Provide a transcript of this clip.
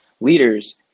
leaders